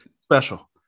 special